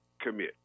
commit